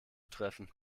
treffen